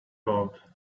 love